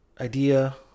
idea